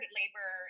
labor